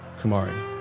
Kumari